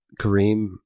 Kareem